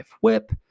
whip